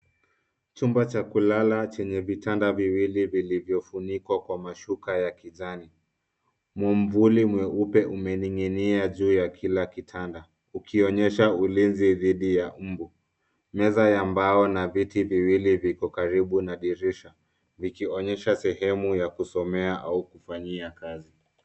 Chumba cha kulala chenye vitanda viwili vilivyofunikwa kwa mashuka ya kijani. Mwumvuli mweupe umening'inia juu ya kila kitanda ikionyesha dhidi ya mbu. Meza ya mbao na viti viwili viko karibu na dirisha vikionyesha sehemu ya kusomea au kufanyia kazi.